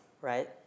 right